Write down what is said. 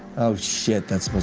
oh shit, that's supposed